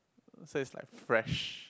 so is like fresh